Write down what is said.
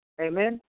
Amen